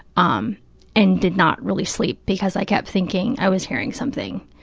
um and did not really sleep because i kept thinking i was hearing something.